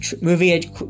movie